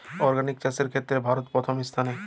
organic চাষের ক্ষেত্রে ভারত প্রথম স্থানে